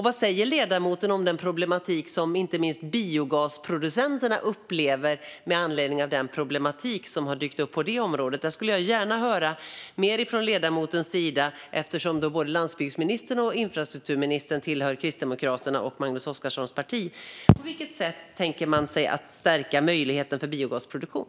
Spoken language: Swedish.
Vad säger ledamoten om det som inte minst biogasproducenterna upplever med anledning av den problematik som dykt upp på det området? Jag skulle gärna höra mer om det från ledamotens sida eftersom både landsbygdsministern och infrastrukturministern tillhör Kristdemokraterna, Magnus Oscarssons parti. Hur tänker man sig att stärka möjligheterna till biogasproduktion?